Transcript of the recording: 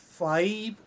Five